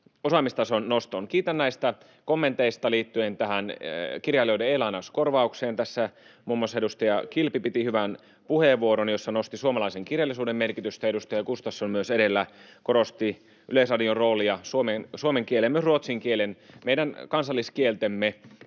osaamistason nostoon. Kiitän kommenteista liittyen tähän kirjailijoiden e-lainauskorvaukseen. Tässä muun muassa edustaja Kilpi piti hyvän puheenvuoron, jossa nosti suomalaisen kirjallisuuden merkitystä, ja myös edustaja Gustafsson edellä korosti Yleisradion roolia suomen kielen, myös ruotsin kielen, meidän kansalliskieltemme,